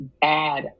bad